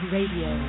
Radio